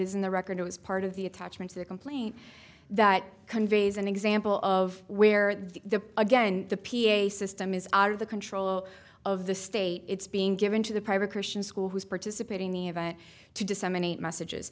in the record it was part of the attachment to the complaint that conveys an example of where the again the p a system is out of the control of the state it's being given to the private christian school who's participating the event to disseminate messages